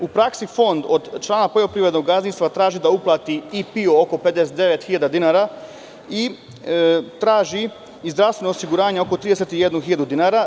U praksi, Fond od poljoprivrednog gazdinstva traži da uplati PIO oko 59.000 dinara i traži zdravstveno osiguranje od oko 31.000 dinara.